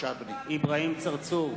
אברהים צרצור,